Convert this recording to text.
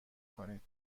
کنید